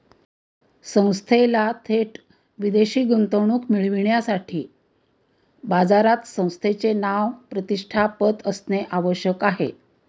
संस्थेला थेट विदेशी गुंतवणूक मिळविण्यासाठी बाजारात संस्थेचे नाव, प्रतिष्ठा, पत असणे आवश्यक आहे